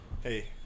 Hey